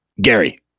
Gary